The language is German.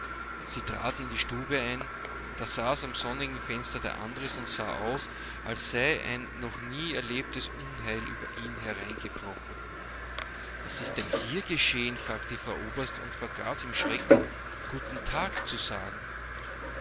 sie trat in die stube ein da saß am sonnigen fenster der andres und sah aus als sei ein noch nie erlebtes unheil über ihn hereingebrochen was ist denn hier geschehen fragte die frau oberst und vergaß im schrecken guten tag zu sagen